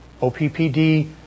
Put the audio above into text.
OPPD